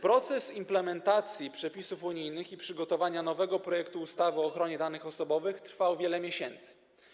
Proces implementacji przepisów unijnych i przygotowania nowego projektu ustawy o ochronie danych osobowych trwał wiele miesięcy.